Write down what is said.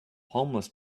homeless